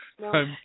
no